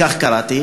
כך קראתי,